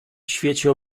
świecie